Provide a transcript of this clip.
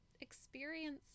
experience